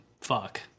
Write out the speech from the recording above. Fuck